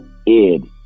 id